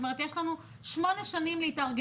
זאת אומרת, יש לנו שמונה שנים להתארגנות.